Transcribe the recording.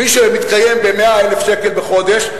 מי שמתקיים מ-100,000 שקל בחודש,